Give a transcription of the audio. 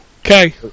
Okay